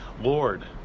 Lord